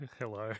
Hello